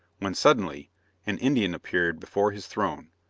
when suddenly an indian appeared before his throne,